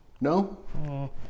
No